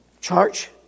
Church